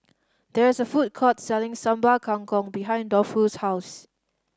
there is a food court selling Sambal Kangkong behind Dolphus' house